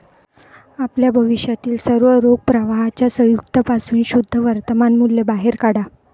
आपल्या भविष्यातील सर्व रोख प्रवाहांच्या संयुक्त पासून शुद्ध वर्तमान मूल्य बाहेर काढा